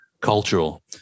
cultural